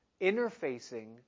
interfacing